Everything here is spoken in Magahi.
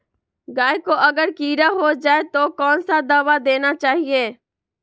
गाय को अगर कीड़ा हो जाय तो कौन सा दवा देना चाहिए?